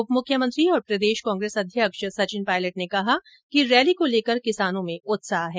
उप मुख्यमंत्री और प्रदेश कांग्रेस अध्यक्ष सचिन पायलट ने कहा कि रैली को लेकर किसानों में उत्साह है